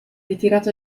ritirato